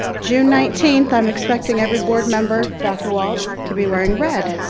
june nineteenth, i'm expecting every board member, dr. walts to be wearing red,